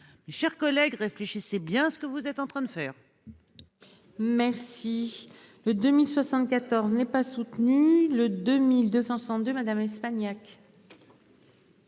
Chers collègues, réfléchissez bien ce que vous êtes en train de faire. Merci. Le 2074 n'est pas soutenu le 2262 Madame Espagnac.